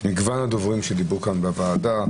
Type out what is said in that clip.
את מגוון הדוברים שדיברו כאן בוועדה,